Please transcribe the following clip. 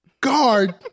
Guard